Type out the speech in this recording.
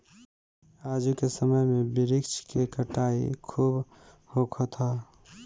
आजू के समय में वृक्ष के कटाई खूब होखत हअ